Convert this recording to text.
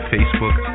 Facebook